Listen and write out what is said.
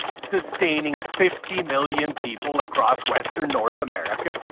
sustaining fifty million people across western north america,